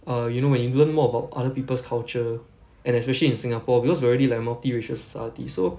err you know when you learn more about other people's culture and especially in singapore because we're already like multiracial society so